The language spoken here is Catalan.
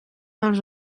els